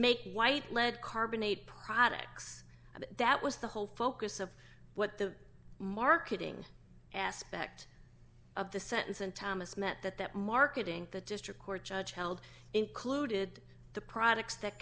make white lead carbonate products and that was the whole focus of what the marketing aspect of the sentence and thomas meant that that marketing the district court judge held included the products that